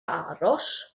aros